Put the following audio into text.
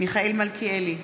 מיכאל מלכיאלי,